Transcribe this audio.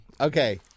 Okay